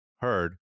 heard